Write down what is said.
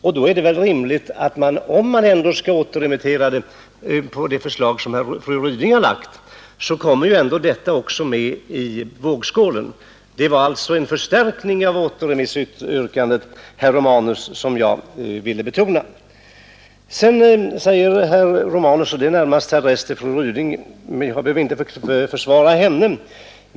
Om man ändå skall återremittera socialutskottets betänkande nr 42 på det förslag som fru Ryding framlagt, kommer de båda andra förslagen också med i vågskålen. Det var alltså en förstärkning av återremissyrkandet, herr Romanus, som jag ville betona. Så vänder sig herr Romanus till fru Ryding, och henne behöver jag ju inte försvara.